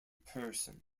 person